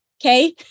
okay